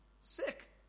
Sick